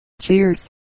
Cheers